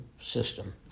system